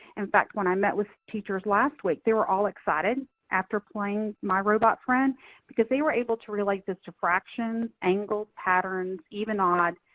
in fact, when i met with teachers last week, they were all excited after playing my robot friend because they were able to relate this to fractions, angles, patterns, even, odd.